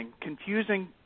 confusing